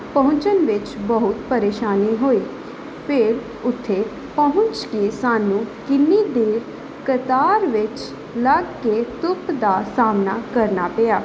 ਪਹੁੰਚਣ ਵਿੱਚ ਬਹੁਤ ਪਰੇਸ਼ਾਨੀ ਹੋਈ ਫੇਰ ਉੱਥੇ ਪਹੁੰਚ ਕੇ ਸਾਨੂੰ ਕਿੰਨੀ ਦੇਰ ਕਤਾਰ ਵਿੱਚ ਲੱਗ ਕੇ ਧੁੱਪ ਦਾ ਸਾਹਮਣਾ ਕਰਨਾ ਪਿਆ